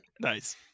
Nice